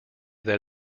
that